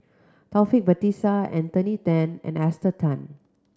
Taufik Batisah Anthony Then and Esther Tan